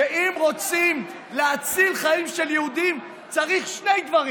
שאם רוצים להציל חיים של יהודים, צריך שני דברים: